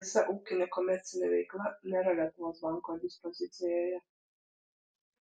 visa ūkinė komercinė veikla nėra lietuvos banko dispozicijoje